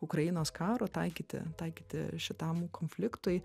ukrainos karo taikyti taikyti šitam konfliktui